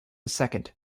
second